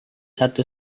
satu